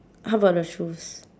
how about the shoes